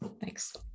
Thanks